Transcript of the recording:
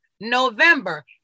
November